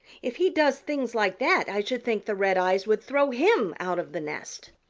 if he does things like that i should think the redeyes would throw him out of the nest.